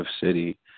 city